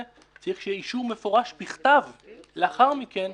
צריך שיהיה אישור מפורש בכתב לאחר מכן,